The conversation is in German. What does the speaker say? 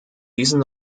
diesen